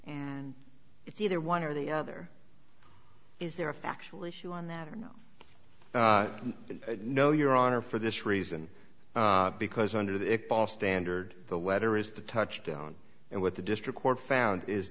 and it's either one or the other is there a factual issue on that or no no your honor for this reason because under the it boss standard the letter is the touchdown and what the district court found is